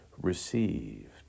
received